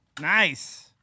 nice